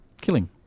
killing